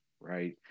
Right